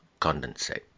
condensate